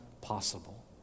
possible